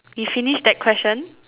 we finish that question